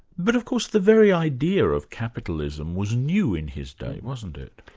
but of course the very idea of capitalism was new in his day, wasn't it?